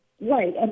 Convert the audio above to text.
Right